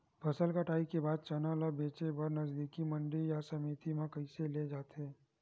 फसल कटाई के बाद चना ला बेचे बर नजदीकी मंडी या समिति मा कइसे ले जाथे?